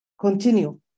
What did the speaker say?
continue